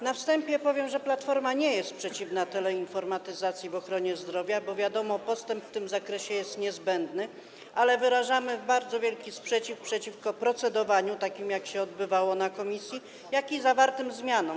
Na wstępie powiem, że Platforma nie jest przeciwna teleinformatyzacji w ochronie zdrowia, bo wiadomo, że postęp w tym zakresie jest niezbędny, ale wyrażamy bardzo wielki sprzeciw wobec procedowania takiego, jakie się odbywało w komisji, jak i wobec zawartych zmian.